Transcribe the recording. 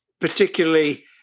particularly